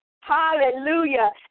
Hallelujah